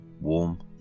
warm